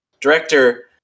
director